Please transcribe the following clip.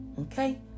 Okay